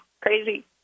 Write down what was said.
crazy